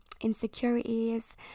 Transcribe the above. insecurities